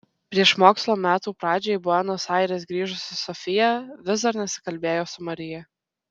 prieš mokslo metų pradžią į buenos aires grįžusi sofija vis dar nesikalbėjo su marija